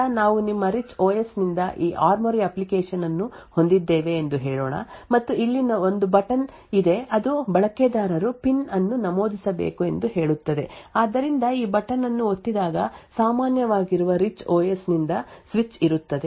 ಆದ್ದರಿಂದ ನಾವು ನಮ್ಮ ರಿಚ್ ಓಎಸ್ ನಿಂದ ಈ ಆರ್ಮ್ಒರಿ ಅಪ್ಲಿಕೇಶನ್ ಅನ್ನು ಹೊಂದಿದ್ದೇವೆ ಎಂದು ಹೇಳೋಣ ಮತ್ತು ಇಲ್ಲಿ ಒಂದು ಬಟನ್ ಇದೆ ಅದು ಬಳಕೆದಾರರು ಪಿನ್ ಅನ್ನು ನಮೂದಿಸಬೇಕು ಎಂದು ಹೇಳುತ್ತದೆ ಆದ್ದರಿಂದ ಈ ಬಟನ್ ಅನ್ನು ಒತ್ತಿದಾಗ ಸಾಮಾನ್ಯವಾಗಿರುವ ರಿಚ್ ಓಎಸ್ ನಿಂದ ಸ್ವಿಚ್ ಇರುತ್ತದೆ